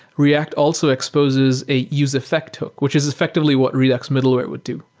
react also exposes a useeffect hook, which is effectively what redux middleware would do.